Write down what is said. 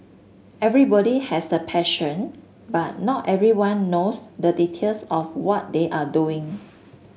everybody has the passion but not everyone knows the details of what they are doing